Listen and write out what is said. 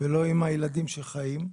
ולא עם הילדים שחיים.